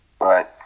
Right